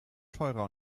teurer